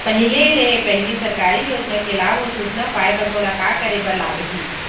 पहिले ले पहिली सरकारी योजना के लाभ अऊ सूचना पाए बर मोला का करे बर लागही?